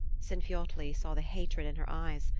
sinfiotli saw the hatred in her eyes,